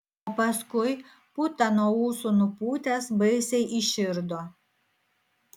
o paskui putą nuo ūsų nupūtęs baisiai įširdo